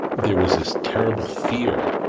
there was this terrible fear,